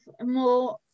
more